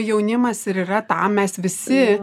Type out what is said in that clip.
jaunimas ir yra tam mes visi